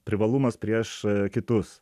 privalumas prieš kitus